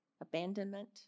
abandonment